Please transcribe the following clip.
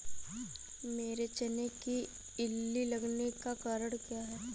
मेरे चने में इल्ली लगने का कारण क्या है?